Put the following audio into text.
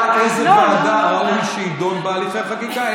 בשאלה איזו ועדה ראוי שיידון בה הליך החקיקה,